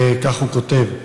וכך הוא כותב: